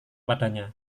padanya